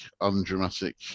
undramatic